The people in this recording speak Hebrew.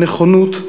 הנכונות,